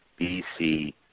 BC